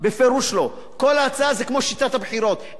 כל הצעה זה כמו שיטת הבחירות: אין שיטה מושלמת.